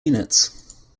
units